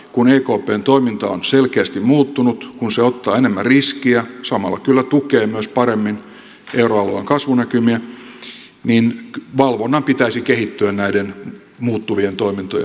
kun ekpn toiminta on selkeästi muuttunut kun se ottaa enemmän riskiä samalla kyllä tukee myös paremmin euroalueen kasvunäkymiä niin valvonnan pitäisi kehittyä näiden muuttuvien toimintojen mukana